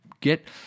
get